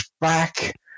back